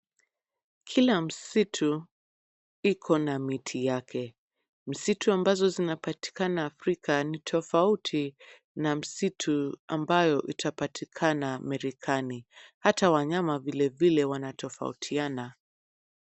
Kila msitu iko na miti yake ,msitu ambazo zinapatikana afrika ni tofauti na msitu ambayo itapatikana amerikani. Hata wanyama vile vile wanatofautiana